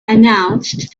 announced